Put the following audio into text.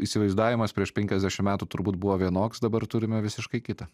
įsivaizdavimas prieš penkiasdešim metų turbūt buvo vienoks dabar turime visiškai kitą